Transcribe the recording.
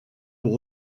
pour